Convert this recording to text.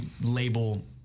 label